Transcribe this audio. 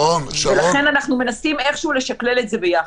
ולכן אנחנו מנסים איכשהו לשקלל את זה ביחד.